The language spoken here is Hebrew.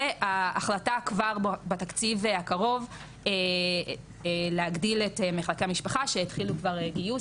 וההחלטה כבר בתקציב הקרוב להגדיל את מחלקי המשפחה שהתחילו כבר גיוס,